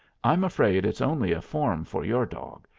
i'm afraid it's only a form for your dog,